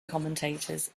commentators